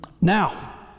Now